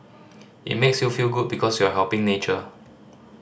it makes you feel good because you're helping nature